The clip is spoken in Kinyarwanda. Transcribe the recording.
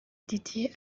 didier